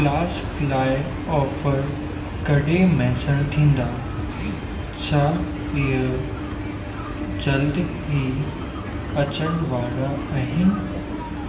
flask लाइ offer कॾहिं मुयसरु थींदा छा इहो जल्द ई अचण वारा आहिनि